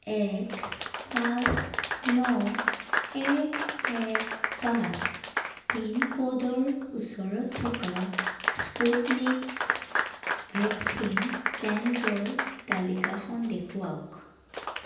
এক পাঁচ ন এক এক পাঁচ পিনক'ডৰ ওচৰত থকা স্পুটনিক ভেকচিন কেন্দ্ৰৰ তালিকাখন দেখুৱাওক